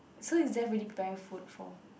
so is just really prepare food for